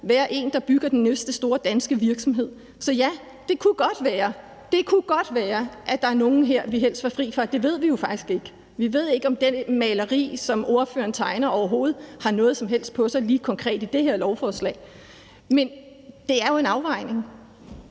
være en, der bygger den næste store danske virksomhed. Så ja, det kunne godt være, at der er nogle her, vi helst var fri for, men det ved vi jo faktisk ikke. Vi ved ikke, om det maleri, som ordføreren maler, overhovedet har noget som helst på sig i forhold til lige det her konkrete lovforslag. Men det er jo en afvejning.